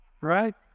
right